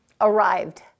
arrived